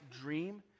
dream